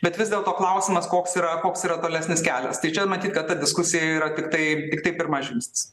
bet vis dėlto klausimas koks yra koks yra tolesnis kelias tai čia matyt kad ta diskusija yra tiktai tiktai pirmas žingsnis